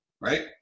Right